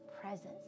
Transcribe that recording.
presence